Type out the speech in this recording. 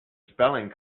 spelling